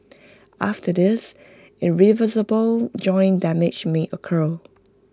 after this irreversible joint damage may occur